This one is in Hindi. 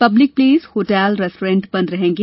पब्लिक प्लेस होटल रेस्टोरेंट्स बंद रहेंगे